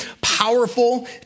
powerful